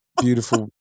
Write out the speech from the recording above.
beautiful